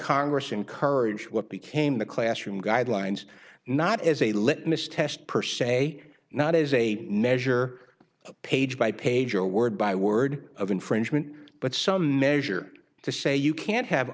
congress encouraged what became the classroom guidelines not as a litmus test per se not as a measure of page by page or word by word of infringement but some measure to say you can't have